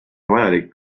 vajalik